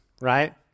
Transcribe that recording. right